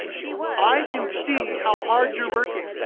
i can see how hard you're working.